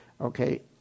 okay